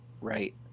right